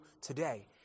today